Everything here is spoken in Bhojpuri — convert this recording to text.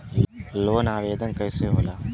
लोन आवेदन कैसे होला?